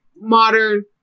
modern